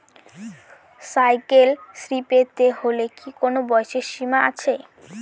Cycle শ্রী পেতে হলে কি কোনো বয়সের সীমা আছে?